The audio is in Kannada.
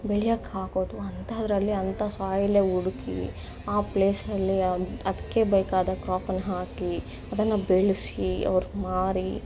ಬೆಳೆಯೋಕ್ಕಾಗೋದು ಅಂಥದ್ರಲ್ಲಿ ಅಂತ ಸಾಯ್ಲೆ ಹುಡುಕಿ ಆ ಪ್ಲೇಸ್ನಲ್ಲಿ ಅದಕ್ಕೆ ಬೇಕಾದ ಕ್ರಾಪನ್ನ ಹಾಕಿ ಅದನ್ನು ಬೆಳೆಸಿ ಅವ್ರು ಮಾರಿ